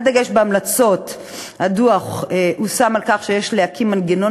הדגש בהמלצות הדוח הושם על כך שיש להקים מנגנון